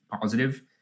positive